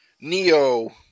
Neo